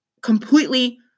completely